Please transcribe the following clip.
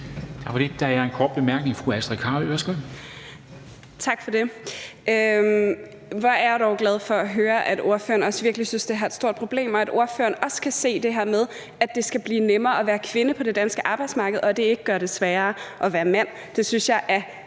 Carøe, værsgo. Kl. 11:08 Astrid Carøe (SF): Tak for det. Hvor er jeg dog glad for at høre, at ordføreren også synes, at det her virkelig er et stort problem, og at ordføreren også kan se det her med, at det skal blive nemmere at være kvinde på det danske arbejdsmarked, og at det ikke gør det sværere at være mand. Det synes jeg er